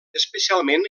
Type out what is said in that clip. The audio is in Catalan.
especialment